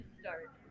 start